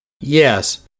Yes